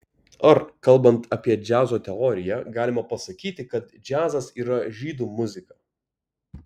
ar kalbant apie džiazo teoriją galima pasakyti kad džiazas yra žydų muzika